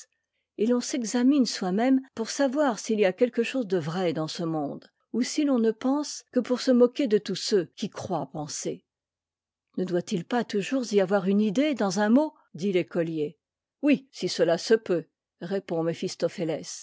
et l'on s'examine soimême pour savoir s'il y a quelque chose de vrai dans ce monde ou si l'on ne pense que pour se moquer de tous ceux qui croient penser ne doit-il pas toujours y avoir une idée dans un mot dit l'écolier oui si cela se peut